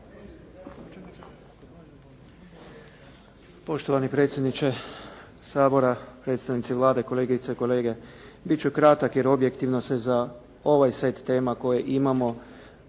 Poštovani predsjedniče Sabora, predstavnici Vlade, kolegice i kolege. Biti ću kratak jer objektivno se za ovaj set tema koje imamo,